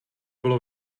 byla